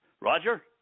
Roger